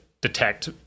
detect